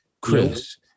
Chris